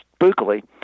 spookily